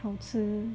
好吃